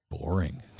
boring